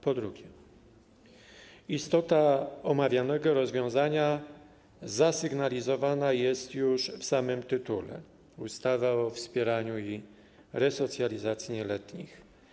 Po drugie, istota omawianego rozwiązania zasygnalizowana jest już w samym tytule: ustawa o wspieraniu i resocjalizacji nieletnich.